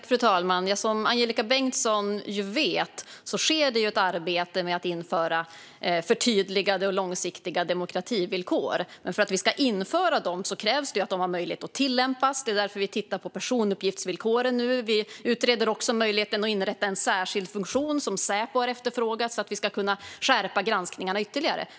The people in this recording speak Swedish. Fru talman! Som Angelika Bengtsson vet sker ett arbete med att införa förtydligade och långsiktiga demokrativillkor. Men för att vi ska införa dem krävs det att de har möjlighet att tillämpas. Det är därför vi tittar på personuppgiftsvillkoren, och vi utreder möjligheten att inrätta en särskild funktion som Säpo har efterfrågat så att vi ska kunna skärpa granskningarna ytterligare.